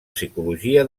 psicologia